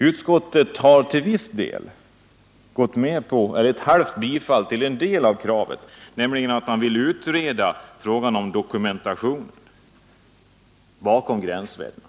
Utskottet ger dock ett halvt bifall till en del av motionskravet — man vill utreda frågan om dokumentationen bakom gränsvärdena.